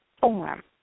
form